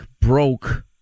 broke